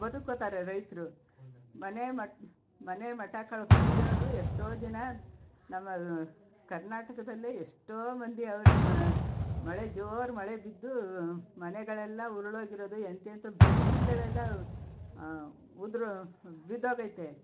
ಬದುಕ್ಕೊತರೆ ರೈತರು ಮನೆ ಮಠ ಮನೆ ಮಠ ಕಳ್ಕೊಂಡಿರೋವ್ರು ಎಷ್ಟೋ ಜನ ನಮ್ಮ ಕರ್ನಾಟಕದಲ್ಲೇ ಎಷ್ಟೋ ಮಂದಿ ಅವರೆ ಮಳೆ ಜೋರು ಮಳೆ ಬಿದ್ದು ಮನೆಗಳೆಲ್ಲ ಉರುಳ್ಹೋಗಿರೋದು ಎಂಥೆಂಥ ಬಿಲ್ಡಿಂಗಳೆಲ್ಲ ಉದುರೋ ಬಿದ್ದೋಗಿದೆ